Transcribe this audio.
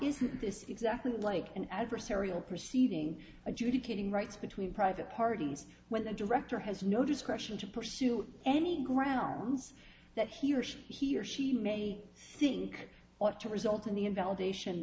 isn't this exactly like an adversarial proceeding adjudicating rights between private parties when the director has no discretion to pursue any grounds that he or she he or she may think ought to result in the invalidation